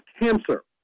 cancer